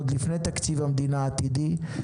עוד לפני תקציב המדינה העתידי,